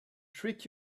trick